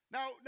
Now